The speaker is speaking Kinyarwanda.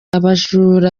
abajura